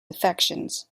affections